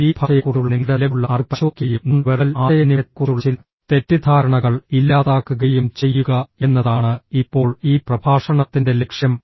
ശരീരഭാഷയെക്കുറിച്ചുള്ള നിങ്ങളുടെ നിലവിലുള്ള അറിവ് പരിശോധിക്കുകയും നോൺ വെർബൽ ആശയവിനിമയത്തെക്കുറിച്ചുള്ള ചില തെറ്റിദ്ധാരണകൾ ഇല്ലാതാക്കുകയും ചെയ്യുക എന്നതാണ് ഇപ്പോൾ ഈ പ്രഭാഷണത്തിന്റെ ലക്ഷ്യം